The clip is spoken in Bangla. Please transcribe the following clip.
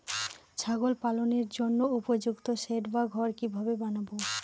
ছাগল পালনের জন্য উপযুক্ত সেড বা ঘর কিভাবে বানাবো?